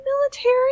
military